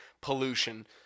pollution